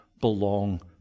belong